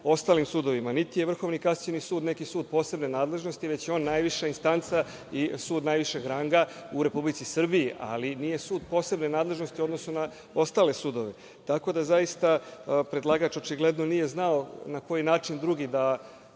ostalim sudovima. Niti je Vrhovni kasacioni sud neki sud posebne nadležnosti, već je on najviša instanca i sud najvišeg ranga u Republici Srbiji, ali nije sud posebne nadležnosti u odnosu na ostale sudove, tako da, zaista predlagač očigledno nije znao na koji drugi